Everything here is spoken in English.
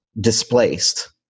displaced